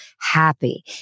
happy